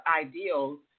ideals